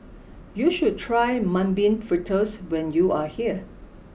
you must try mung bean fritters when you are here